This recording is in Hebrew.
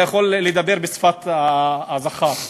אתה יכול לדבר בשפת זכר,